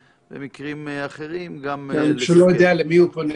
ובמקרים אחרים גם --- גם שלא יודע למי הוא פונה,